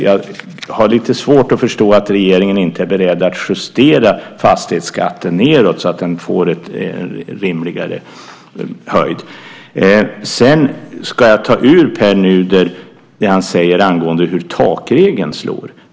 Jag har lite svårt att förstå att regeringen inte är beredd att justera fastighetsskatten nedåt så att den får en rimligare höjd. Sedan ska jag ta ur Pär Nuder vad han säger angående hur takregeln slår.